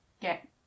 get